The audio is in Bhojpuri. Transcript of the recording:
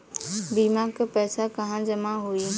बीमा क पैसा कहाँ जमा होई?